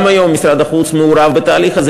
גם היום משרד החוץ מעורב בתהליך הזה.